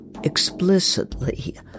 explicitly